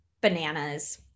bananas